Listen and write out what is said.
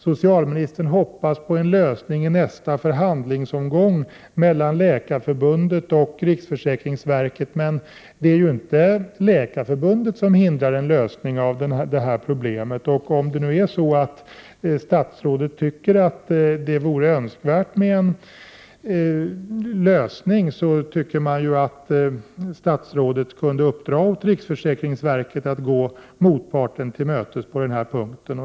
Socialministern hoppas på en lösning i nästa förhandlingsomgång mellan Läkarförbundet och riksförsäkringsverket. Men det är ju inte Läkarförbundet som hindrar en lösning av detta problem. Om statsrådet anser att det vore önskvärt med en lösning kunde statsrådet uppdra åt riksförsäkringsverket att gå motparten till mötes på denna punkt.